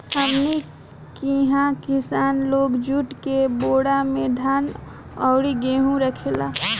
हमनी किहा किसान लोग जुट के बोरा में धान अउरी गेहू रखेले